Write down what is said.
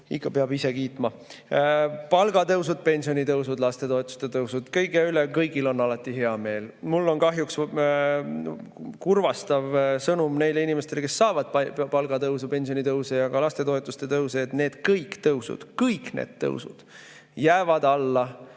peab ise kiitma. Palgatõusud, pensionitõusud, lastetoetuste tõusud – kõige üle on kõigil alati hea meel. Mul on kahjuks kurvastav sõnum neile inimestele, kes saavad palgatõusu, pensionitõusu ja ka lastetoetuste tõusu: kõik need tõusud jäävad alla